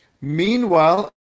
Meanwhile